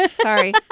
Sorry